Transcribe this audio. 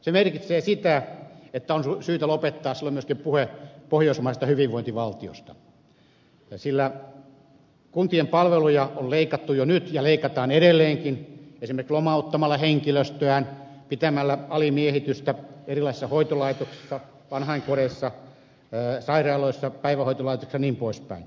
se merkitsee sitä että on syytä silloin lopettaa myöskin puhe pohjoismaisesta hyvinvointivaltiosta sillä kuntien palveluja on leikattu jo nyt ja leikataan edelleenkin esimerkiksi lomauttamalla henkilöstöä pitämällä alimiehitystä erilaisissa hoitolaitoksissa vanhainkodeissa sairaaloissa päivähoitolaitoksissa jnp